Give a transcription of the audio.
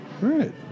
right